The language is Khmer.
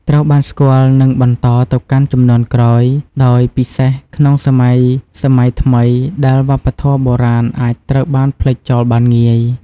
ត្រូវបានស្គាល់និងបន្តទៅកាន់ជំនាន់ក្រោយ ដោយពិសេសក្នុងសម័យសម័យថ្មីដែលវប្បធម៌បុរាណអាចត្រូវបានភ្លេចចោលបានងាយ។